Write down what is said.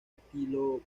estilo